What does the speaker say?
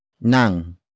Nang